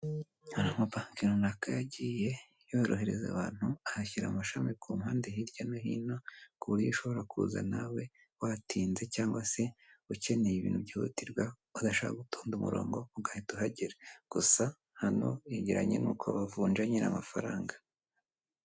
Hari amabanki runaka yagiye yorohereza abantu, ahashyira amashami ku mpande hirya no hino, ku buryo ushobora kuza nawe watinze, cyangwa se ukeneye ibintu byihutirwa ugashaka gutonda umurongo ugahita uhagera. Gusa hano hagendanye n'uko bavunja amafaranga.